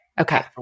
Okay